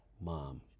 mom